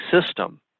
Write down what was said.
system